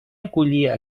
acollia